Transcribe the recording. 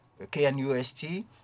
KNUST